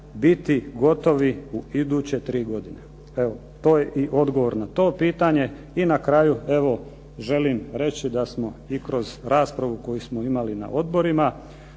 biti gotovi u iduće tri godine. To je i odgovor na to pitanje i na kraju želim reći da smo i kroz raspravu koju smo imali na odborima,